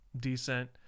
decent